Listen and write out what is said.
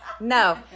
No